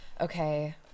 okay